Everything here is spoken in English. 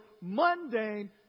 mundane